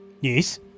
Yes